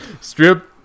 strip